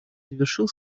завершил